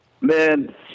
Man